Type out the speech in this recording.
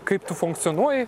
kaip tu funkcionuoji